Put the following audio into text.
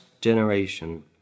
generation